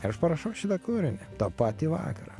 ir aš parašau šitą kūrinį tą patį vakarą